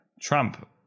Trump